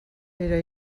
era